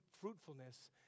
fruitfulness